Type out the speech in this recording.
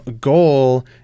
goal